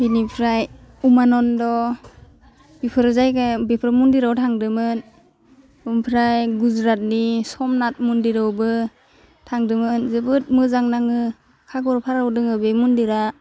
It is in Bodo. बिनिफ्राय उमानन्द बेफोर जायगायाव बेफोर मान्दिराव थांदोंमोन आमफ्राय गुजुरातनि समनाथ मन्दिरावबो थांदोंमोन जोबोद मोजां नाङो दङ बे मन्दिरा